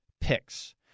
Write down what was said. picks